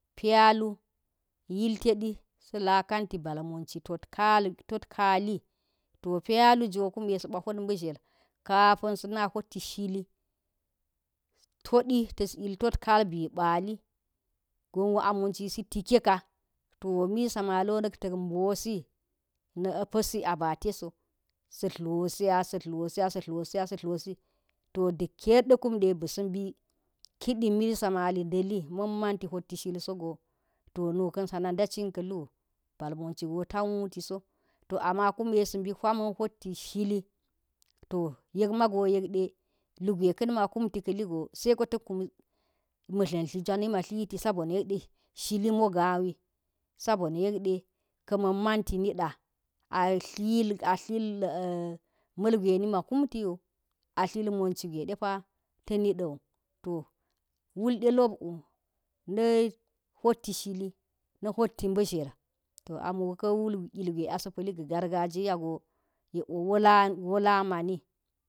Pyaln yiltechi yiltechi sa̱ la kanti ba̱l monci tot kali to pyahu jo kume sa̱ ba̱ hot mba̱zle kapan sv na hot ti shili too di tas il tot kal bi baali gonwo a monci si tike ka to misa maliwo nak tak mbosi na̱ pa̱si a bi a teso, sa̱ dlo, si a sa̱ dlosi a sa dlllosi a sa̱ dllosi to da ker de kunde ba̱ sa̱ mbi kidi milsa mali ndali man ti hot zhle so go to nu kan san nda cin ka lu bal minci go to wutiso to ama kune sa̱ mbi huwa man hot zhli yek ma go yek de lugwe ka na̱ ma kunfi ka̱ li go seke tak kum matlan tligwanima tliti sabo nay ek de shili moga wis obo na̱ yek ka ma̱n manti nida a t lil ma̱lgwe hima kumti wu a tlil ma̱nci gwe depa ta̱ ni ɗa̱u wul de lop u na̱ hotti shili nv hot mbazle to amo ka wul ilgwe asa̱ pali ga̱ garga ji go yek o walani mani